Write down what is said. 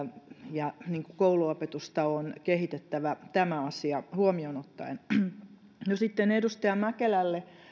ja kouluopetusta on kehitettävä tämä asia huomioon ottaen no sitten edustaja mäkelälle